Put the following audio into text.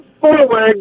forward